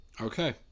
Okay